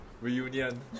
reunion